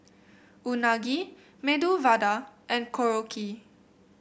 Unagi Medu Vada and Korokke